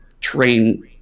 train